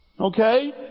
Okay